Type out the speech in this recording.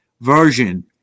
version